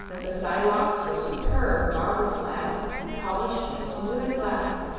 the sidewalks were superb marble slabs polished as smooth as glass,